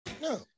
No